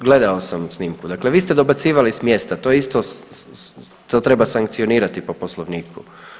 Gledao sam snimku, dakle vi ste dobacivali s mjesta to je isto to treba sankcionirati po poslovniku.